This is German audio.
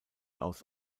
aus